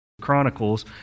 Chronicles